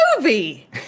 movie